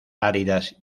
áridas